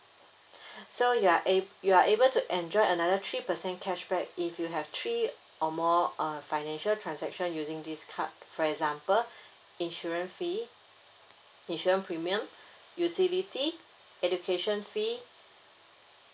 so you are ab~ you are able to enjoy another three percent cashback if you have three or more uh financial transaction using this card for example insurance fee insurance premium utility education free